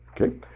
Okay